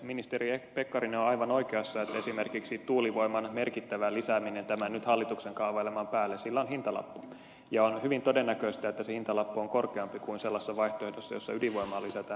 ministeri pekkarinen on aivan oikeassa että esimerkiksi tuulivoiman merkittävällä lisäämisellä tämän nyt hallituksen kaavaileman päälle on hintalappu ja on hyvin todennäköistä että se hintalappu on korkeampi kuin sellaisessa vaihtoehdossa jossa ydinvoimaa lisätään merkittävästi